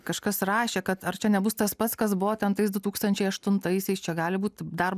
kažkas rašė kad ar čia nebus tas pats kas buvo ten tais du tūkstančiai aštuntaisiais čia gali būt dar